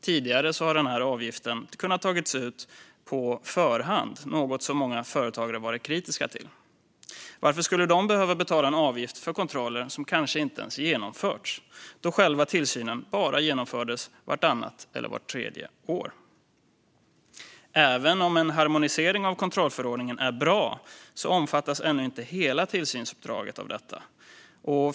Tidigare har den här avgiften kunnat tas ut på förhand, något som många företagare varit kritiska till. Varför skulle de behöva betala en avgift för kontroller som kanske inte ens genomförts, då själva tillsynen bara genomfördes vartannat eller vart tredje år? Även om en harmonisering av kontrollförordningen är bra omfattas ännu inte hela tillsynsuppdraget av detta.